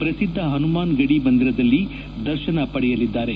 ಪ್ರಸಿದ್ಧ ಪನುಮಾನ್ಗಡಿ ಮಂದಿರಲದಲಿ ದರ್ಶನ ಪಡೆಯಲಿದ್ದಾರೆ